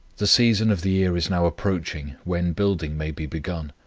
the season of the year is now approaching, when building may be begun.